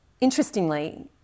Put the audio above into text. Interestingly